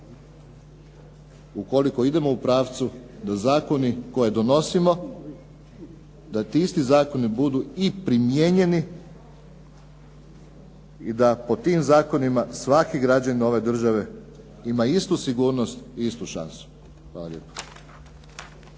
ukoliko idemo u pravcu da zakoni koje donosimo da ti isti zakoni budu i primijenjeni i da po tim zakonima svaki građanin ove države ima istu sigurnost i istu šansu. Hvala lijepo.